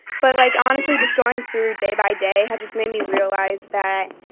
but, like, honestly, just going through day by day had just made me realize that